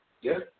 Yes